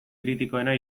kritikoena